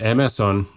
Amazon